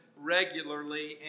regularly